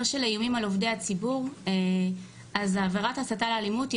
של איומים על עובדי הציבור עבירת ההסתה לאלימות היא